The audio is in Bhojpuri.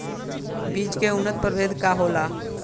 बीज के उन्नत प्रभेद का होला?